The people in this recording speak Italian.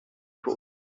colpo